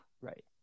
Right